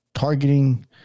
targeting